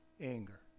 anger